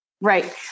Right